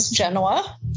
Genoa